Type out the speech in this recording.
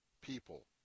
people